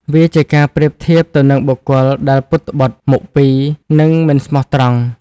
វាជាការប្រៀបធៀបទៅនឹងបុគ្គលដែល ពុតត្បុត មុខពីរ និង មិនស្មោះត្រង់។